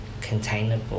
containable